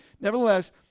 Nevertheless